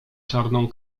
czarną